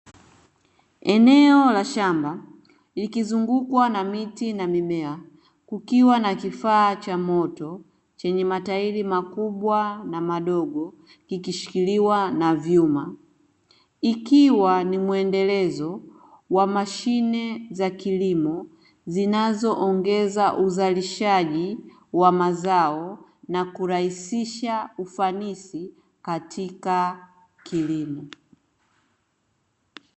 Eneo la shamba likizungukwa na miti na mimea, kukiwa na kifaa cha moto chenye matairi makubwa na madogo, kikishikiliwa na vyuma; ikiwa ni mwendelezo wa mashine za kilimo zinazoongeza uzalishaji wa mazao na kurahisisha ufanisi katika kilimo.